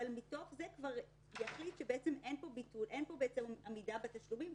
אבל מתוך זה כבר יחליט שאין פה עמידה בתשלומים,